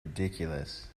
ridiculous